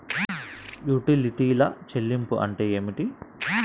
యుటిలిటీల చెల్లింపు అంటే ఏమిటి?